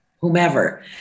whomever